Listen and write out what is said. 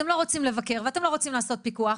אתם לא רוצים לבקר ואתם לא רוצים לעשות פיקוח,